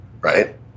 Right